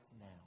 now